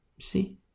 See